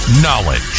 Knowledge